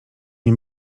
nie